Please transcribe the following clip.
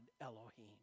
Elohim